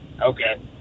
Okay